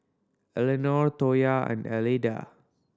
Elenor Toya and Alida